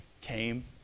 came